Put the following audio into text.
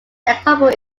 example